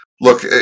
look